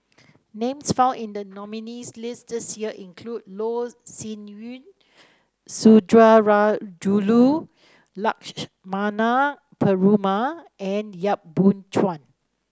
names found in the nominees' list this year include Loh Sin Yun Sundarajulu Lakshmana Perumal and Yap Boon Chuan